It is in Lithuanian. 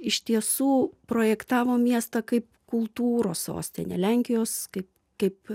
iš tiesų projektavo miestą kaip kultūros sostinę lenkijos kaip kaip